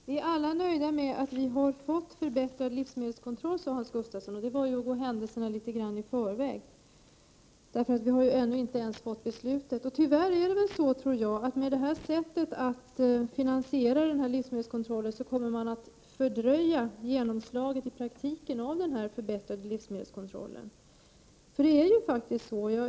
Herr talman! Vi är alla nöjda med att vi har fått förbättrad livsmedelskontroll, sade Hans Gustafsson. Det var ju att gå händelserna litet i förväg. Vi har ju ändå inte fattat något beslut. Tyvärr tror jag att man med det här sättet att finansiera livsmedelskontrollen kommer att fördröja genomslaget i praktiken av den förbättrade livsmedelskontrollen.